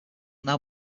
now